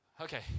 Okay